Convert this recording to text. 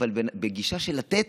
אבל בגישה של לתת,